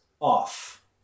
off